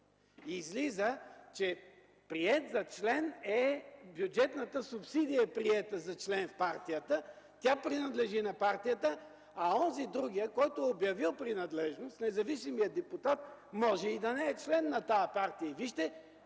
или не е приет?! Излиза, че бюджетната субсидия е приета за член на партията, тя принадлежи на партията, а онзи другият, който е обявил принадлежност, независимият депутат, може и да не е член на тази партия.